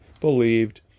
believed